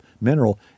mineral